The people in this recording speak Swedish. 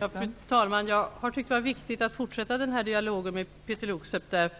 Fru talman! Jag tyckte att det var viktigt att fortsätta denna dialog med Peeter Luksep. Den